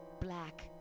black